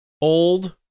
old